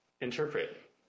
interpret